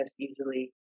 easily